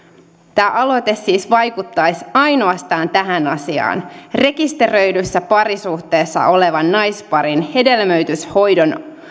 tämä aloite siis vaikuttaisi ainoastaan tähän asiaan rekisteröidyssä parisuhteessa olevan naisparin hedelmöityshoidon